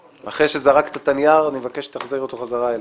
אחרי שזרקת את הנייר אני מבקש שתחזיר אותו חזרה אליך,